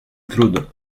claude